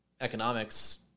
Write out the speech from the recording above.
economics